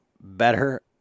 better